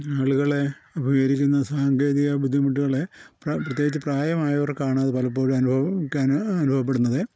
ആളുകളെ അഭിമുഖികരിക്കുന്ന സാങ്കേതിക ബുദ്ധിമുട്ടുകളെ പ്രത്യേകിച്ച് പ്രായമായവർക്കാണ് അത് പലപ്പോഴും അനുഭവിക്കാൻ അനുഭവപ്പെടുന്നത്